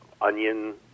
onion